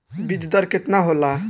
बीज दर केतना होला?